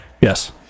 Yes